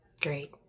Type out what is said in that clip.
Great